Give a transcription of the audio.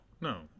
no